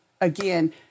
again